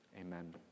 Amen